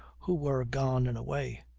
who were gone and away,